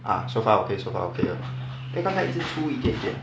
ah so far okay so far okay 刚才一直出一点点